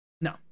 No